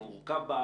או מורכב בארץ,